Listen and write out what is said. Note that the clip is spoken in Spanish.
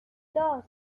dos